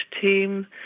Team